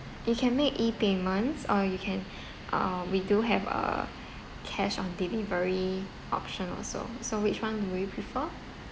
you can make E payments or you can um we do have a cash on delivery option also so which one would you prefer